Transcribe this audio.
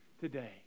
today